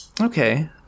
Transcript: Okay